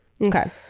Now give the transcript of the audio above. okay